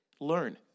learn